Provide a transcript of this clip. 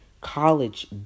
College